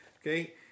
Okay